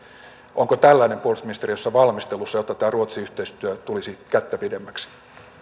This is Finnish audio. onko tällainen puolustusministeriössä valmistelussa jotta tämä ruotsi yhteistyö tulisi kättä pidemmäksi